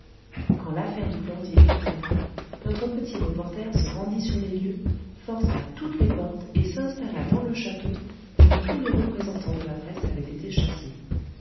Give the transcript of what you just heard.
quand l'affaire du glandier éclata notre petit reporter se rendit sur les lieux força toutes les portes et s'installa dans le château d'où tous les représentants de la presse avaient été chassés